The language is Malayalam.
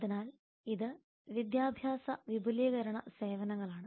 അതിനാൽ ഇത് വിദ്യാഭ്യാസ വിപുലീകരണ സേവനങ്ങളാണ്